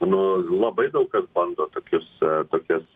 nu labai daug kas bando tokius tokias